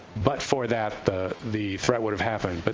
but for that, the the threat would have happened. but